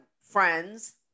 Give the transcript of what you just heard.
friends